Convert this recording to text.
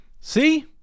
See